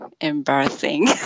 embarrassing